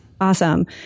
Awesome